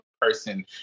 person